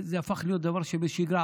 זה הפך להיות דבר שבשגרה.